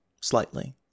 Slightly